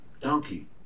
Donkey